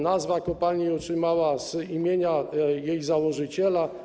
Nazwę kopalnia otrzymała od imienia jej założyciela.